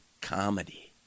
comedy